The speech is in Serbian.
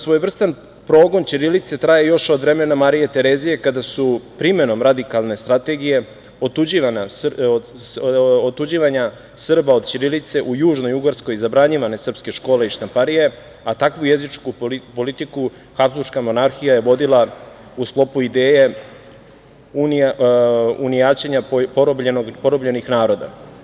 Svojevrstan progon ćirilice traje još od vremena Marije Terezije, kada su primenom radikalne strategije otuđivanja Srba od ćirilice, u južnoj Bugarskoj zabranjivane srpske škole i štamparije, a takvu jezičku politiku Habzburška monarhija je vodila u sklopu ideje unijaćenja porobljenih naroda.